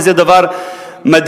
וזה דבר מדהים.